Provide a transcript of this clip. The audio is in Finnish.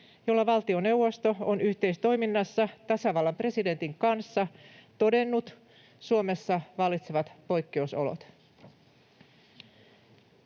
jolla valtioneuvosto on yhteistoiminnassa tasavallan presidentin kanssa todennut Suomessa vallitsevat poikkeusolot.